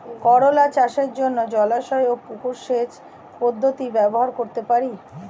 করোলা চাষের জন্য জলাশয় ও পুকুর জলসেচ পদ্ধতি ব্যবহার করতে পারি?